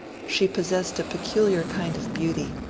she possessed a peculiar kind of beauty,